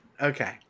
Okay